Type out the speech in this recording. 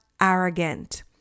arrogant